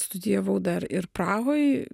studijavau dar ir prahoj